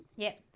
yeah,